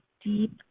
deep